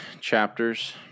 chapters